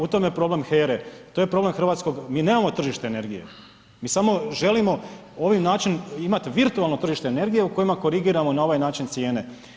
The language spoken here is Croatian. U tome je problem HERE, to je problem hrvatskog, mi nemamo tržište energije, mi samo želimo ovim načinom imati virtualno tržište energije u kojima korigiramo na ovaj način cijene.